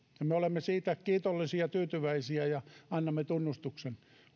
ja me olemme siitä kiitollisia ja tyytyväisiä ja annamme tunnustuksen